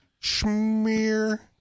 Smear